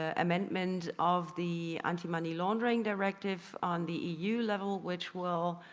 ah amendment of the anti-money laundering directive on the eu level. which will